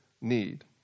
need